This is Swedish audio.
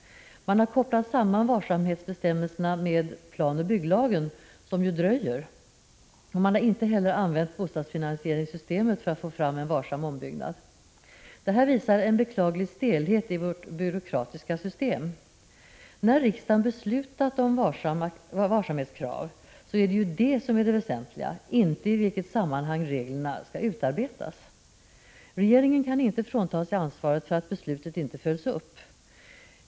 Man har kopplat samman varsamhetsbestämmelserna med planoch bygglagen, som ju dröjer, och man har inte heller använt bostadsfinansieringssystemet för att få fram en varsam ombyggnad. Det här visar en beklaglig stelhet i vårt byråkratiska system. När riksdagen beslutat om varsamhetskrav är det ju det som är det väsentliga — inte i vilket sammanhang reglerna skall utarbetas. Regeringen kan inte frånta sig ansvaret för att beslutet inte följs upp.